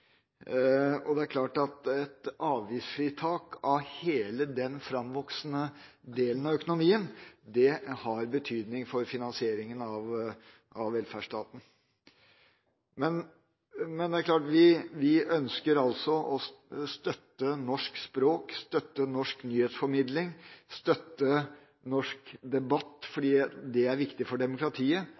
Et avgiftsfritak for hele den framvoksende delen av økonomien har betydning for finansieringen av velferdsstaten. Vi ønsker å støtte norsk språk, norsk nyhetsformidling, norsk debatt – fordi det er viktig for demokratiet